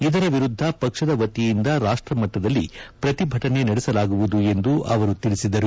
ಇದರ ವಿರುದ್ಧ ಪಕ್ಷದ ವತಿಯಿಂದ ರಾಷ್ಟ್ರಮಟ್ಟದಲ್ಲಿ ಪ್ರತಿಭಟನೆ ನಡೆಸಲಾಗುವುದು ಎಂದು ಅವರು ತಿಳಿಸಿದರು